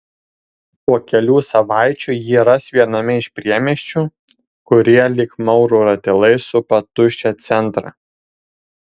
po kelių savaičių jį ras viename iš priemiesčių kurie lyg maurų ratilai supa tuščią centrą